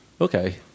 Okay